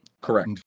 Correct